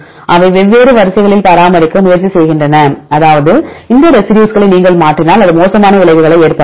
அவை வெவ்வேறு வரிசைகளில் பராமரிக்க முயற்சி செய்கின்றன அதாவது இந்த ரெசிடியூஸ்களை நீங்கள் மாற்றினால் அது மோசமான விளைவுகளை ஏற்படுத்தும்